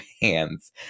hands